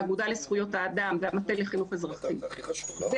האגודה לזכויות האדם והמטה לחינוך אזרחי והחומרים